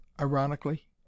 ironically